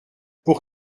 pour